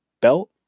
belt